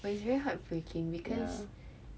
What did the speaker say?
but it's very heartbreaking because